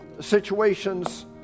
situations